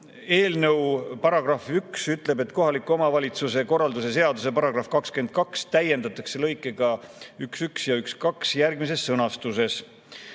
Eelnõu § 1 ütleb, et kohaliku omavalitsuse korralduse seaduse § 22 täiendatakse lõigetega 11ja 12järgmises sõnastuses: